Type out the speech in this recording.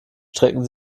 strecken